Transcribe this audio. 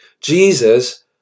Jesus